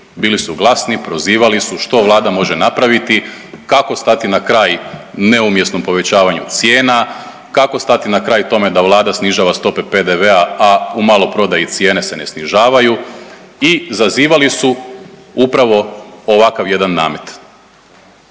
bili su glasni, prozivali su što Vlada može napraviti, kako stati na kraj neumjesnom povećavanju cijena, kako stati na kraj tome da Vlada snižava stope PDV-a, a u maloprodaji cijene se ne snižavaju i zazivali su upravo ovakav jedan namet.